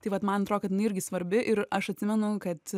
tai vat man atrodo kad jinai irgi svarbi ir aš atsimenu kad